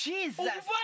Jesus